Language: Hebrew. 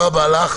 תודה רבה לך.